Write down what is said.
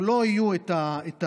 אם לא יהיו הרופאים,